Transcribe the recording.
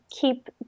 keep